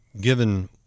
given